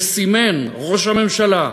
והוא סימן, ראש הממשלה,